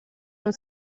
uno